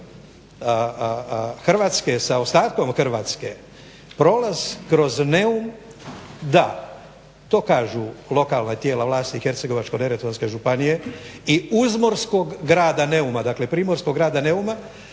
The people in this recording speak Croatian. Hrvatske sa ostatkom Hrvatske, prolaz kroz Neum to kažu lokalna tijela vlasti Hercegovačko-neretvanske županije i uzmorskog grada Neuma, dakle primorskog grada Neuma.